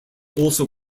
also